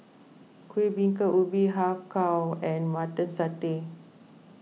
Kuih Bingka Ubi Har Kow and Mutton Satay